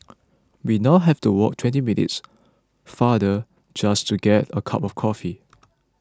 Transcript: we now have to walk twenty minutes farther just to get a cup of coffee